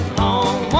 home